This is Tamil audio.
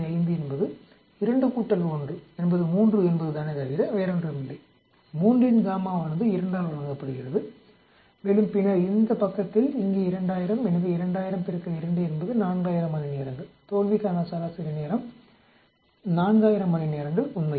5 என்பது 2 1 என்பது 3 என்பதுதானே தவிர வேறொன்றுமில்லை 3இன் வானது 2 ஆல் வழங்கப்படுகிறது மேலும் பின்னர் இந்த பக்கத்தில் இங்கே 2000 எனவே 2000 2 என்பது 4000 மணிநேரங்கள் தோல்விக்கான சராசரி நேரம் 4000 மணிநேரங்கள் உண்மையில்